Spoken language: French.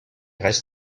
reste